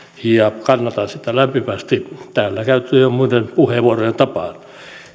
ja kannatan sitä lämpimästi täällä käytettyjen muiden puheenvuorojen tapaan